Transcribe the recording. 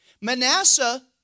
Manasseh